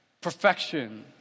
perfection